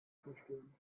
zerstören